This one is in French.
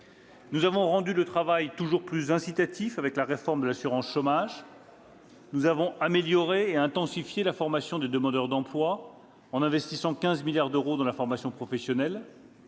nous avons rendu le travail toujours plus incitatif, avec la réforme de l'assurance chômage ; nous avons amélioré et intensifié la formation des demandeurs d'emploi, en investissant 15 milliards d'euros dans la formation professionnelle